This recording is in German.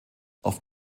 auf